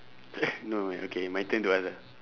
no okay my turn to ask ah